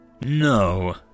No